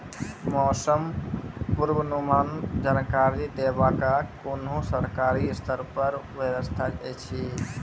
मौसम पूर्वानुमान जानकरी देवाक कुनू सरकारी स्तर पर व्यवस्था ऐछि?